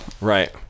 right